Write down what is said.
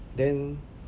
then